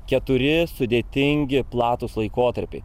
keturi sudėtingi platūs laikotarpiai